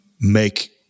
make